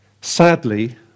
sadly